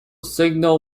signal